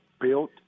built